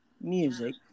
music